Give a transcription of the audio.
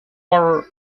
horror